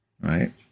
right